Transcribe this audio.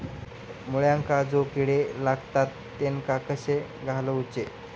मुळ्यांका जो किडे लागतात तेनका कशे घालवचे?